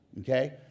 okay